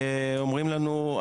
אומרים לנו,